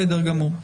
בסדר גמור.